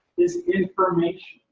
is information.